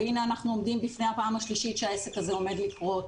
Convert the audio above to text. והנה אנחנו עומדים בפני הפעם השלישית שהעסק הזה עומד לקרות.